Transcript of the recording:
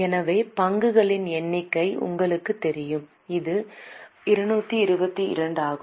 எனவே பங்குகளின் எண்ணிக்கை உங்களுக்குத் தெரியும் இது 222 ஆகும்